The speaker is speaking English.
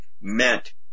meant